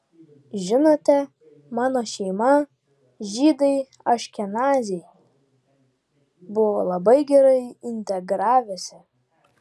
žinote mano šeima žydai aškenaziai buvo labai gerai integravęsi